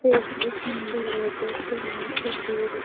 Facebook నుండి latest news feed